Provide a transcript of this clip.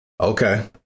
Okay